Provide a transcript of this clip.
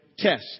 Test